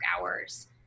hours